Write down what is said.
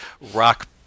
rock